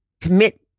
commit